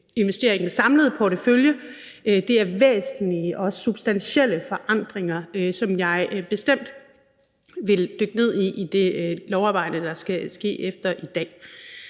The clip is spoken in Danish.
investere i den samlede portefølje, er væsentlige og substantielle forandringer, som jeg bestemt vil dykke ned i i det lovarbejde, der skal ske efter i dag.